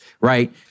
Right